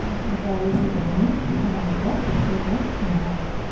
কাউৰা চিলৈনীয়ে সহজতে নিব নোৱাৰে